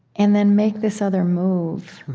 and then make this other move,